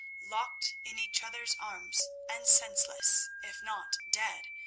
locked in each other's arms and senseless, if not dead,